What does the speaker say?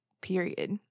period